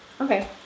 Okay